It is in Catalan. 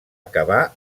acabar